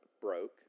broke